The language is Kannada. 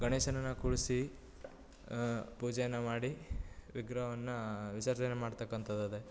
ಗಣೇಶನನ್ನ ಕೂರ್ಸಿ ಪೂಜೆಯನ್ನ ಮಾಡಿ ವಿಗ್ರಹವನ್ನ ವಿಸರ್ಜನೆ ಮಾಡ್ತಕ್ಕಂಥದ್ದು